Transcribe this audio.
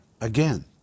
Again